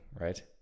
right